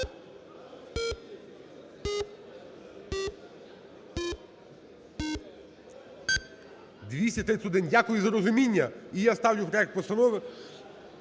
Дякую за розуміння.